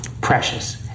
precious